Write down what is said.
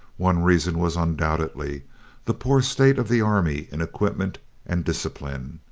one reason was undoubtedly the poor state of the army in equipment and discipline.